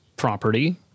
property